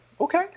okay